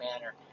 manner